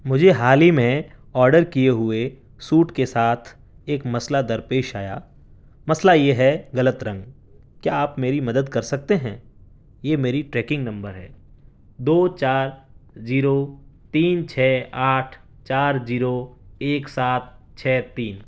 مجھے حال ہی میں آرڈر کیے ہوئے سوٹ کے ساتھ ایک مسئلہ درپیش آیا مسئلہ یہ ہے غلط رنگ کیا آپ میری مدد کر سکتے ہیں یہ میری ٹریکنگ نمبر ہے دو چار زیرو تین چھ آٹھ چار زیرو ایک سات چھ تین